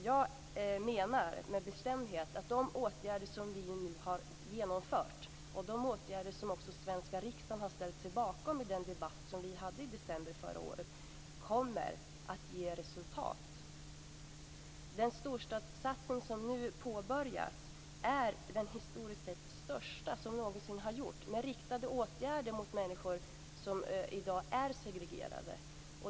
Jag menar med bestämdhet att de åtgärder som vi nu har genomfört - de åtgärder som också svenska riksdagen har ställt sig bakom i den debatt som vi hade i december förra året - kommer att ge resultat. Den storstadssatsning som nu påbörjas är den historiskt sett största som någonsin har gjorts med riktade åtgärder mot människor som i dag är segregerade.